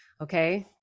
okay